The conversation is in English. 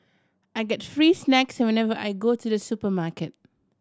I get free snacks whenever I go to the supermarket